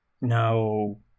No